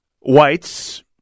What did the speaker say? Whites